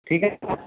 ठीक है ना